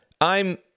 I'm